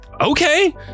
Okay